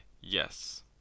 yes